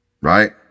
right